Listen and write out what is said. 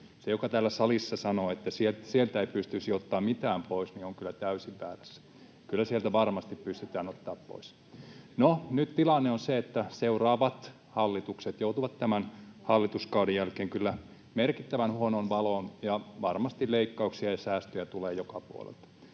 Se, joka täällä salissa sanoo, että sieltä ei pystyisi ottamaan mitään pois, on kyllä täysin väärässä. Kyllä sieltä varmasti pystytään ottamaan pois. No, nyt tilanne on se, että seuraavat hallitukset joutuvat tämän hallituskauden jälkeen kyllä merkittävän huonoon valoon, ja varmasti leikkauksia ja säästöjä tulee joka puolelta.